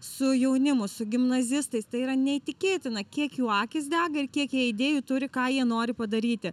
su jaunimu su gimnazistais tai yra neįtikėtina kiek jų akys dega ir kiek jie idėjų turi ką jie nori padaryti